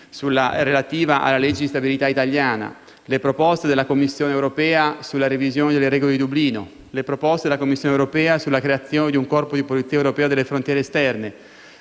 ieri relativa alla legge di stabilità italiana, le proposte della Commissione europea sulla revisione delle regole di Dublino e sulla creazione di un corpo di polizia europeo delle frontiere esterne,